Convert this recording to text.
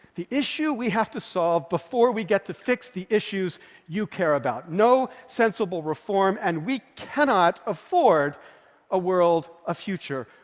the issue we have to solve before we get to fix the issues you care about. no sensible reform, and we cannot afford a world, a future,